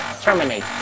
terminate